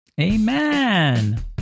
Amen